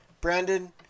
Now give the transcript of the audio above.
Brandon